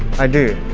i do.